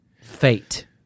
Fate